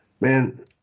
man